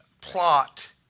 plot